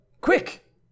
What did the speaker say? Quick